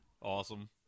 Awesome